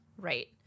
right